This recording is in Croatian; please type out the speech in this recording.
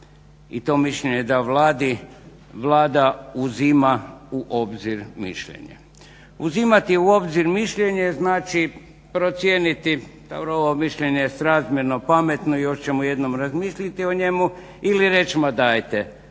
i to mišljenje daje Vladi. Vlada uzima u obzir mišljenje. Uzimati u obzir mišljenje znači procijeniti ovo mišljenje je srazmjerno pametno, još ćemo jednom razmisliti o njemu ili reći ma dajte